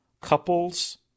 couples